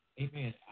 Amen